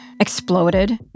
exploded